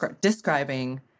describing